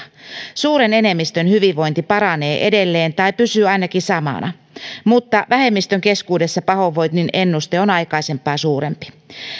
suuren enemmistön hyvinvointi paranee edelleen tai pysyy ainakin samana mutta vähemmistön keskuudessa pahoinvoinnin ennuste on aikaisempaa suurempi